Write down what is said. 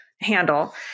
handle